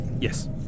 Yes